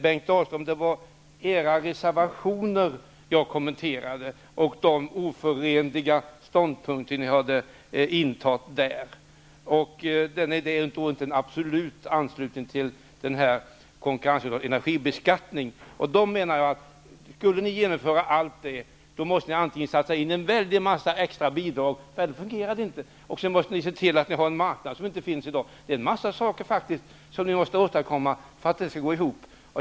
Det var Ny demokratis reservationer och de oförenliga ståndpunkter ni har intagit där som jag kommenterade, Bengt Dalström. Ni intar där en absolut anslutning till utredningen Konkurrensneutral energibeskattning. Skulle ni genomföra allt det måste ni sätta in en mängd extra bidrag, för annars fungerar det inte. Ni måste också se till att ni har en marknad, som inte finns i dag. Det är en massa saker som ni måste åstadkomma för att det skall gå ihop.